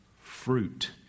fruit